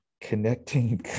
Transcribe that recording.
connecting